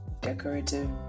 decorative